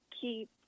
keep